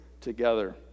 together